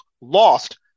lost